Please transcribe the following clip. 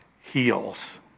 Heals